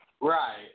right